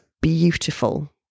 beautiful